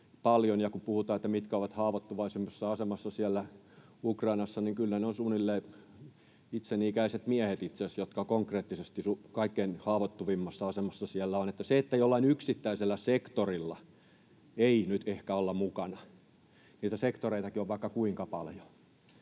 Ja kun puhutaan siitä, ketkä ovat haavoittuvaisimmassa asemassa siellä Ukrainassa, niin kyllä ne ovat itse asiassa suunnilleen itseni ikäiset miehet, jotka konkreettisesti kaikkein haavoittuvimmassa asemassa siellä ovat. Se, että jollain yksittäisellä sektorilla ei nyt ehkä olla mukana — niitä sektoreitakin on vaikka kuinka paljon